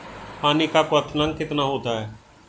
पानी का क्वथनांक कितना होता है?